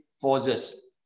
forces